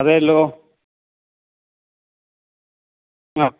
അതേല്ലോ ആ